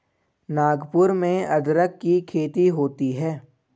नागपुर में अदरक की खेती होती है